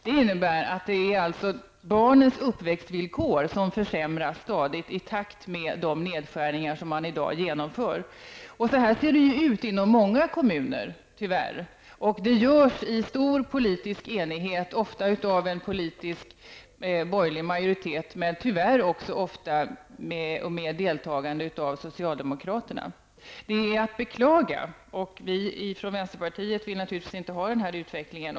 Det är alltså barnens uppväxtvillkor som stadigt försämras i takt med de nedskärningar som man i dag genomför. Så här ser det tyvärr ut inom många kommuner. Nedskärningarna görs i stor politisk enighet, ofta av en borgerlig politisk majoritet men tyvärr ofta också med deltagande av socialdemokraterna. Detta är att beklaga. Vi i vänsterpartiet vill naturligtvis inte ha den här utvecklingen.